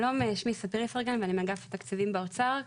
שלום, שמי ספיר איפרגן, אני מאגף התקציבים באוצר.